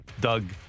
Doug